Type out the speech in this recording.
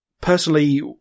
Personally